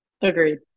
Agreed